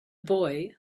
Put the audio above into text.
boy